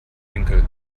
winkel